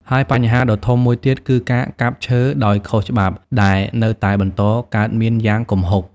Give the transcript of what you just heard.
ហើយបញ្ហាដ៏ធំមួយទៀតគឺ ការកាប់ឈើដោយខុសច្បាប់ ដែលនៅតែបន្តកើតមានយ៉ាងគំហុក។